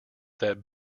that